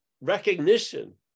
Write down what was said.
recognition